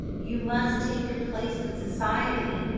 you must take your place in society.